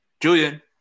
Julian